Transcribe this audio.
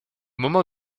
moment